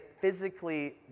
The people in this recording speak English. physically